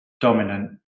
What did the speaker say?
dominant